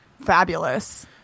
fabulous